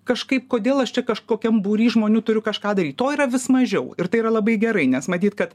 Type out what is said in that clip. kažkaip kodėl aš čia kažkokiam būry žmonių turiu kažką daryt to yra vis mažiau ir tai yra labai gerai nes matyt kad